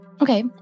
Okay